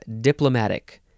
diplomatic